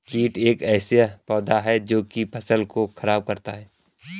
कीट एक ऐसा पौधा है जो की फसल को खराब करता है